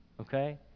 Okay